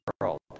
world